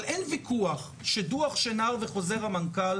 אבל אין ויכוח שדוח שנהר וחוזר המנכ"ל